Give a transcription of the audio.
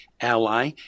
ally